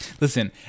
Listen